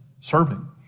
serving